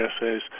essays